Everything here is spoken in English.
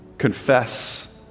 confess